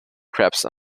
krebs